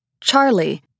Charlie